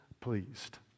pleased